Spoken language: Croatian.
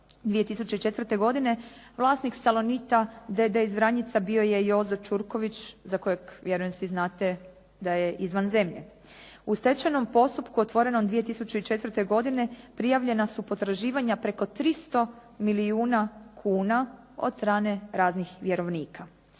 2004. godine vlasnik “Salonita“ d.d. iz Vranjica bio je Jozo Čurković za kojeg vjerujem svi znate da je izvan zemlje. U stečajnom postupku otvorenom 2004. godine prijavljena su potraživanja preko 300 milijuna kuna od strane raznih vjerovnika.